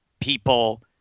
people